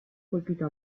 colpito